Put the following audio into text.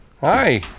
Hi